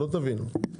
שלא תבינו,